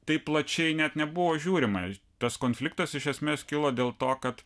taip plačiai net nebuvo žiūrima tas konfliktas iš esmės kilo dėl to kad